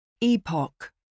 Epoch